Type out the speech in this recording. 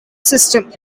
system